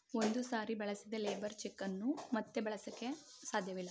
ಒಂದು ಸಾರಿ ಬಳಸಿದ ಲೇಬರ್ ಚೆಕ್ ಅನ್ನು ಮತ್ತೆ ಬಳಸಕೆ ಸಾಧ್ಯವಿಲ್ಲ